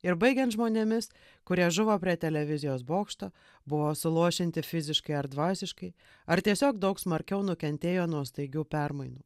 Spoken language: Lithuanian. ir baigiant žmonėmis kurie žuvo prie televizijos bokšto buvo suluošinti fiziškai ar dvasiškai ar tiesiog daug smarkiau nukentėjo nuo staigių permainų